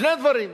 שני דברים: